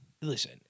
listen